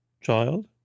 child